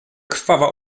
krwawa